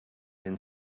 den